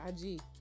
ig